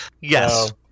Yes